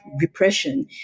repression